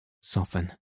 soften